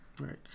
right